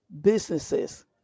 businesses